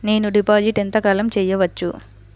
నేను డిపాజిట్ ఎంత కాలం చెయ్యవచ్చు?